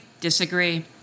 Disagree